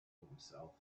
himself